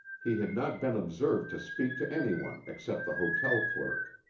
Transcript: he had not been observed to speak to anyone except the hotel clerk.